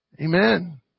Amen